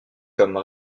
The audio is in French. comme